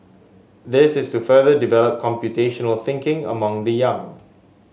this is to further develop computational thinking among the young